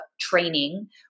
training